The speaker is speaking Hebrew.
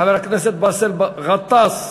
חבר הכנסת באסל גטאס,